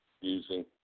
using